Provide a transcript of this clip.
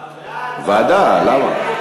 ועדה, למה?